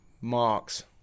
marks